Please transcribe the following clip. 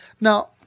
Now